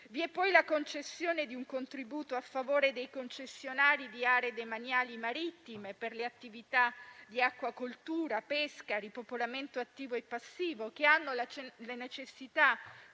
Vi è poi la concessione di un contributo a favore dei concessionari di aree demaniali marittime, per le attività di acquacoltura, pesca e ripopolamento attivo e passivo, che hanno la necessità più